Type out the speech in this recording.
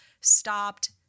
stopped